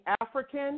African